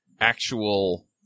actual